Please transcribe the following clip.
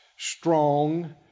Strong